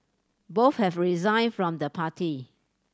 both have resigned from the party